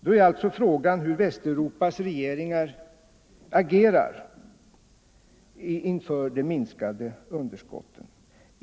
Då är alltså frågan hur Västeuropas regeringar kommer att agera för att minska underskotten.